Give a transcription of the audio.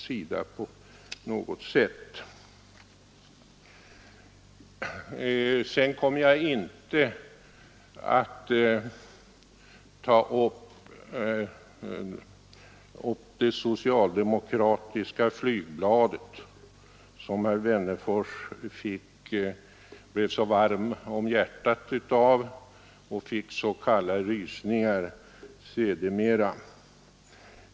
Jag kommer inte att till diskussion ta upp det socialdemokratiska flygbladet, som herr Wennerfors först blev så varm om hjärtat av och sedan fick så kalla rysningar av.